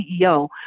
CEO